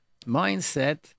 mindset